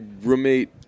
roommate